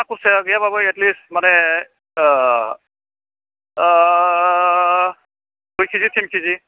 ना खुरसाया गैयाबाबो एडलिस माने दुइ किजि तिन किजि